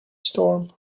storm